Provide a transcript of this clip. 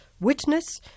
Witness